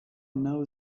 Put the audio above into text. know